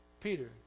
Peter